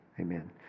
Amen